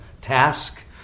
task